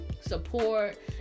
support